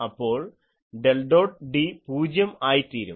അപ്പോൾ del dot D പൂജ്യം ആയിത്തീരും